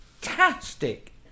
fantastic